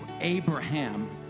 Abraham